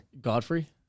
godfrey